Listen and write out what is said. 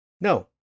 No